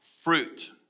fruit